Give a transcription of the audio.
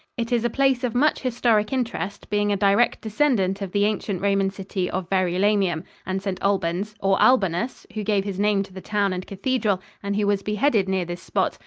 it is a place of much historic interest, being a direct descendant of the ancient roman city of verulamium and saint albans, or albanus, who gave his name to the town and cathedral and who was beheaded near this spot,